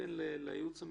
הייעוץ המשפטי,